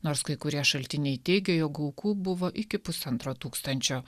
nors kai kurie šaltiniai teigia jog aukų buvo iki pusantro tūkstančio